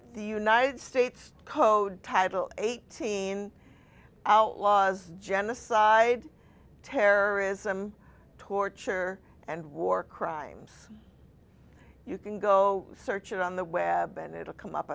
the united states code title eighteen outlaws genocide terrorism torture and war crimes you can go search it on the web and it'll come up